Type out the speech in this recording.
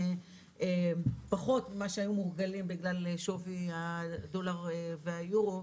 פחות ממה שהיו מורגלים בגלל שווי הדולר והיורו.